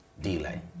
Delay